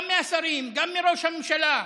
גם מהשרים, גם מראש הממשלה.